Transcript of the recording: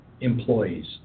employees